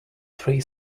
three